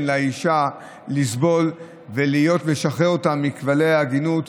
לאישה לסבול וכדי לשחרר אותה מכבלי העגינות.